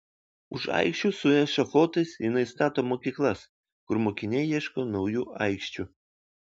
už aikščių su ešafotais jinai stato mokyklas kur mokiniai ieško naujų aikščių